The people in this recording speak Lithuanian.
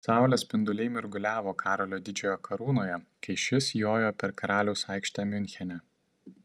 saulės spinduliai mirguliavo karolio didžiojo karūnoje kai šis jojo per karaliaus aikštę miunchene